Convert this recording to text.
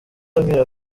ambwira